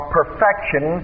perfection